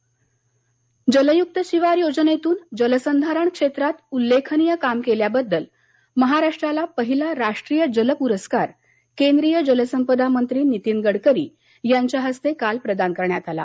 जल परस्कार जलयूक्त शिवार योजनेतून जलसंधारण क्षेत्रात उल्लेखनीय काम केल्याबद्दल महाराष्ट्राला पहिला राष्ट्रीय जल पुरस्कार केंद्रीय जलसंपदामंत्री नितीन गडकरी यांच्या हस्ते काल प्रदान करण्यात आला